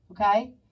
Okay